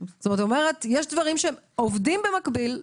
יש דברים שעובדים במקביל.